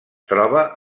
troba